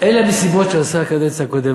אלה המסיבות שעשתה הקדנציה הקודמת.